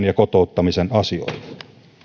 ja kotouttamisen asioihin